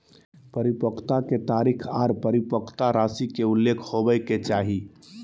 परिपक्वता के तारीख आर परिपक्वता राशि के उल्लेख होबय के चाही